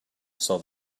saw